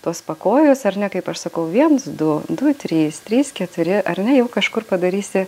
tuos pakojus ar ne kaip aš sakau viens du du trys trys keturi ar ne jau kažkur padarysi